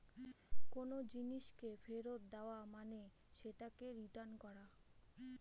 কোনো জিনিসকে ফেরত দেওয়া মানে সেটাকে রিটার্ন করা